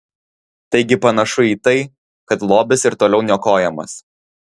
taigi panašu į tai kad lobis ir toliau niokojamas